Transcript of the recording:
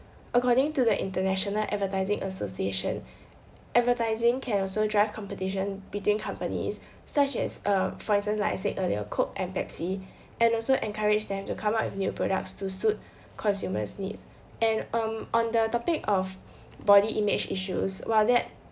according to the international advertising association advertising can also drive competition between companies such as uh for instance like I said earlier coke and pepsi and also encourage them to come up with new products to suit consumers' needs and um on the topic of body image issues while that